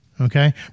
okay